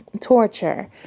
torture